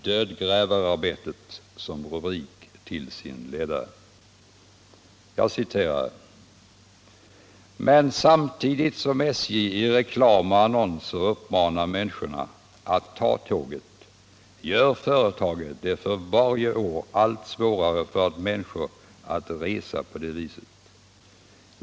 ”Dödgrävararbetet” som rubrik på den ledare som jag här citerar: ”Men samtidigt som SJ i reklam och annonser uppmanar människorna att ta tåget gör företaget det för vart år allt svårare för människor att resa på det viset.